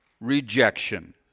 rejection